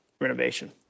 renovation